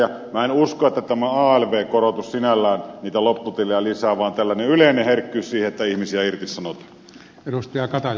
minä en usko että tämä alv korotus sinällään niitä lopputilejä lisää vaan tällainen yleinen herkkyys siihen että ihmisiä irtisanotaan